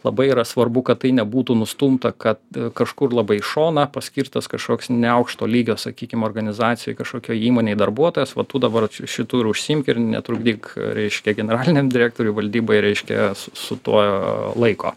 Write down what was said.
labai yra svarbu kad tai nebūtų nustumta kad kažkur labai į šoną paskirtas kažkoks neaukšto lygio sakykim organizacijoj kažkokio įmonėj darbuotojas va tu dabar šitu ir užsiimk ir netrukdyk reiškia generaliniam direktoriui valdybai reiškias su su tuo laiko